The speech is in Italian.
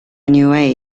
new